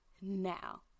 now